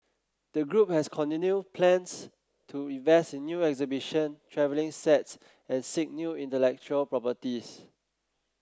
the group has continued plans to invest in new exhibition travelling sets and seek new intellectual properties